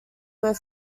were